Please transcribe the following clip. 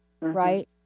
Right